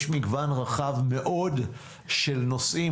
יש מגוון רחב מאוד של נושאים,